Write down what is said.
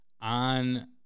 on